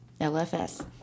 LFS